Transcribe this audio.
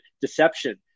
deception